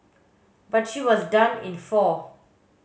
but she was done in four